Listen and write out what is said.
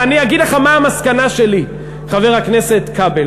אני אגיד לך מה המסקנה שלי, חבר הכנסת כבל.